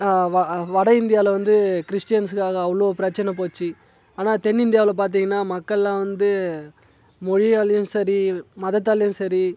வ வட இந்தியாவில் வந்து கிறிஸ்டியன்ஸ்க்காக அவ்வளோ பிரச்சனை போச்சு ஆனால் தென் இந்தியாவில் பார்த்திங்கன்னா மக்கள்லாம் வந்து மொழியாலயும் சரி மதத்தாலையும் சரி